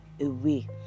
away